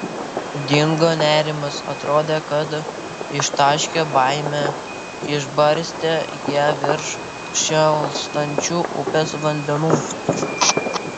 dingo nerimas atrodė kad ištaškė baimę išbarstė ją virš šėlstančių upės vandenų